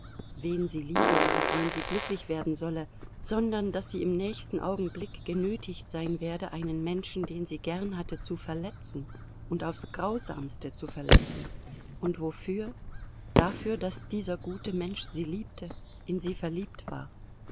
wen sie liebe und mit wem sie glücklich werden solle sondern daß sie im nächsten augenblick genötigt sein werde einen menschen den sie gern hatte zu verletzen und aufs grausamste zu verletzen und wofür dafür daß dieser gute mensch sie liebte in sie verliebt war